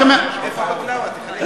איפה הבקלאווה?